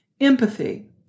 Empathy